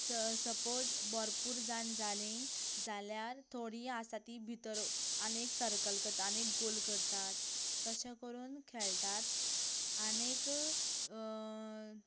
च सपोज भरपूर जाण जालीं जाल्यार थोडीं आसा तीं भितोर आनीक एक सरकल करता आनी गोल करतात तशें करून खेळटात आनीक